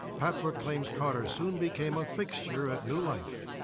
papler claims carter soon became a fixture at new life.